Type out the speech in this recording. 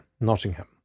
Nottingham